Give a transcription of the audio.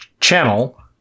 channel